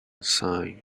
sighed